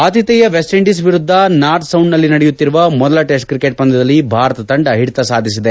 ಆತಿಥೇಯ West Indies ವಿರುದ್ಧ ನಾರ್ಥ್ಸೌಂಡ್ನಲ್ಲಿ ನಡೆಯುತ್ತಿರುವ ಮೊದಲ ಟೆಸ್ಟ್ ತ್ರಿಕೆಟ್ ಪಂದ್ಯದಲ್ಲಿ ಭಾರತ ತಂಡ ಹಿಡಿತ ಸಾಧಿಸಿದೆ